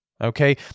okay